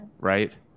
right